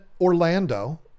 Orlando